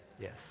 Yes